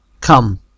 Come